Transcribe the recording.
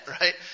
right